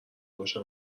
باشه